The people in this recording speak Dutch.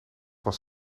was